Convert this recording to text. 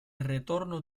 retorno